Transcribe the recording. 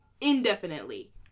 indefinitely